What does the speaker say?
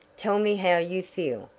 tell me how you feel?